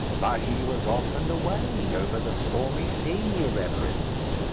but he was off and away, over the stormy sea, your reverence.